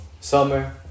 summer